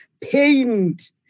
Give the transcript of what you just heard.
paint